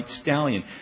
stallion